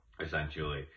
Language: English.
essentially